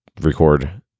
record